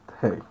hey